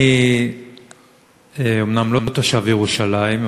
אני אומנם לא תושב ירושלים,